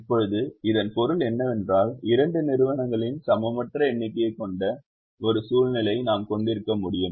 இப்போது இதன் பொருள் என்னவென்றால் இரண்டு நிறுவனங்களின் சமமற்ற எண்ணிக்கையைக் கொண்ட ஒரு சூழ்நிலையை நாம் கொண்டிருக்க முடியும்